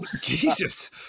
Jesus